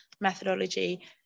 methodology